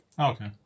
Okay